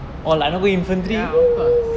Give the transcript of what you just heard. ya of course